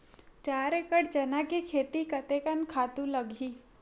चार एकड़ चना के खेती कतेकन खातु लगही?